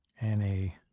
and a